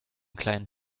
kleinen